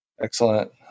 Excellent